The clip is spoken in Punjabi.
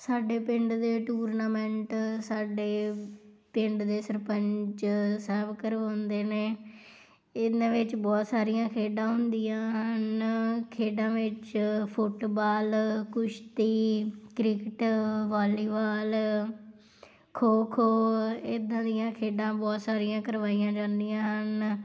ਸਾਡੇ ਪਿੰਡ ਦੇ ਟੂਰਨਾਮੈਂਟ ਸਾਡੇ ਪਿੰਡ ਦੇ ਸਰਪੰਚ ਸਾਹਿਬ ਕਰਵਾਉਂਦੇ ਨੇ ਇਹਨਾਂ ਵਿੱਚ ਬਹੁਤ ਸਾਰੀਆਂ ਖੇਡਾਂ ਹੁੰਦੀਆਂ ਹਨ ਖੇਡਾਂ ਵਿੱਚ ਫੁੱਟਬਾਲ ਕੁਸ਼ਤੀ ਕ੍ਰਿਕਟ ਵਾਲੀਬਾਲ ਖੋਖੋ ਇੱਦਾਂ ਦੀਆਂ ਖੇਡਾਂ ਬਹੁਤ ਸਾਰੀਆਂ ਕਰਵਾਈਆਂ ਜਾਂਦੀਆਂ ਹਨ